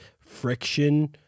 friction